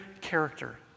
character